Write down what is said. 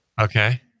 Okay